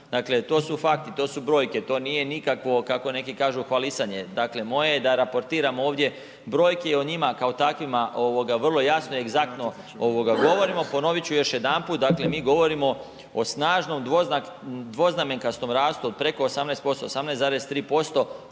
dakle to su fakti, to su brojke, to nije nikakvo kako neki kažu hvalisanje. Dakle, moje je da raportiram ovdje brojke i o njima kao takvima vrlo jasno i egzaktno govorimo. Ponovit ću još jedanput, dakle mi govorimo o snažnom dvoznamenkastom rastu od preko 18%, 18,3%